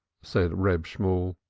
said reb shemuel.